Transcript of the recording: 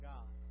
God